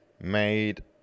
made